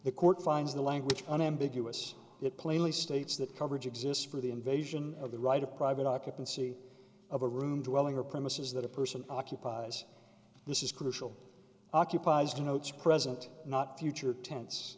the court finds the language unambiguous it plainly states that coverage exists for the invasion of the right of private occupancy of a room dwelling or premises that a person occupies this is crucial occupies denotes present not future tense